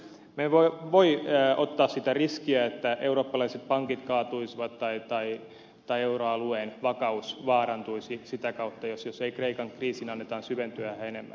me emme voi ottaa sitä riskiä että eurooppalaiset pankit kaatuisivat tai euroalueen vakaus vaarantuisi sitä kautta että kreikan kriisin annetaan syventyä yhä enemmän